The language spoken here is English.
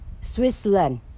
Switzerland